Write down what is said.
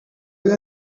you